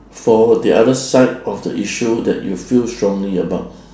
for the other side of the issue that you feel strongly about